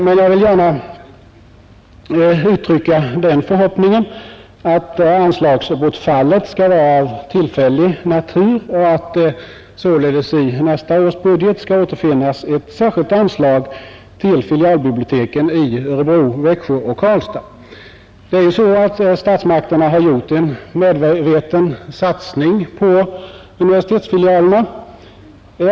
Men jag vill gärna uttrycka den förhoppningen att anslagsbortfallet skall vara av tillfällig natur och att det således redan i nästa års budget skall återfinnas ett särskilt anslag till filialbiblioteken i Örebro, Växjö och Karlstad. Statsmakterna har ju gjort en medveten satsning på universitetsfilialer.